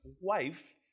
wife